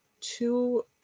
two